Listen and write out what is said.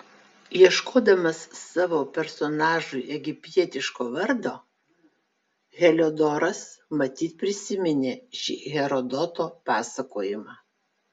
ieškodamas savo personažui egiptietiško vardo heliodoras matyt prisiminė šį herodoto pasakojimą